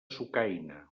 sucaina